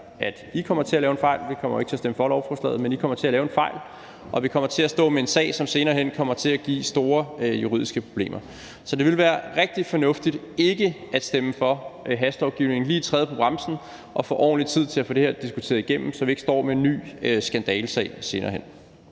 at I kommer til at lave en fejl; vi kommer jo ikke til at stemme for lovforslaget – og at vi kommer til at stå med en sag, som senere hen kommer til at give store juridiske problemer. Så det vil være rigtig fornuftigt ikke at stemme for hastelovgivningen, men lige træde på bremsen og få ordentlig tid til at få det her diskuteret igennem, så vi ikke står med en ny skandalesag senere hen.